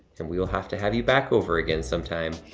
and we will have to have you back over again sometime.